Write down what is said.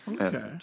okay